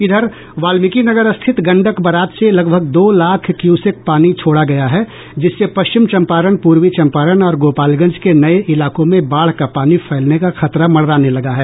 इधर वाल्मीकिनगर स्थित गंडक बराज से लगभग दो लाख क्यूसेक पानी छोड़ा गया है जिससे पश्चिम चंपारण पूर्वी चंपारण और गोपालगंज के नये इलाकों में बाढ़ का पानी फैलने का खतरा मंडराने लगा है